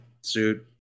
suit